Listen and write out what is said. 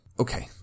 Okay